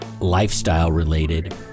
lifestyle-related